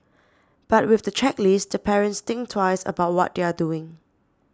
but with the checklist the parents think twice about what they are doing